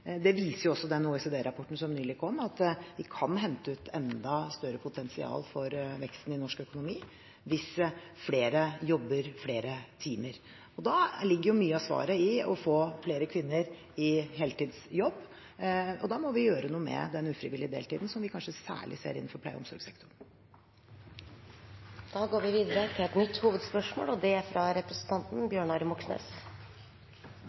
Det viser også den OECD-rapporten som nylig kom, at vi kan hente ut et enda større potensial for veksten i norsk økonomi hvis flere jobber flere timer. Da ligger mye av svaret i å få flere kvinner i heltidsjobb, og da må vi gjøre noe med den ufrivillige deltiden, som vi kanskje særlig ser innenfor pleie- og omsorgssektoren. Vi går videre til et nytt hovedspørsmål. Et av Siv Jensens forslag i revidert budsjett er